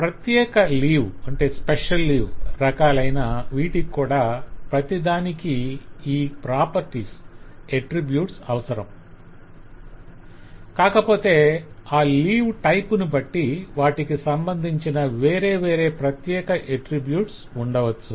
ప్రత్యేక లీవ్ రకాలైన వీటికి కూడా ప్రతిదానికి ఈ గుణాలు అట్రిబ్యుట్స్ అవసరం కాకపొతే అ లీవ్ టైపు ను బట్టి వాటికి సంబంధించిన వేరేవేరే ప్రత్యెక అట్రిబ్యుట్స్ ఉండవచ్చు